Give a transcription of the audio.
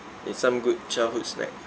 it's some good childhood snack